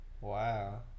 Wow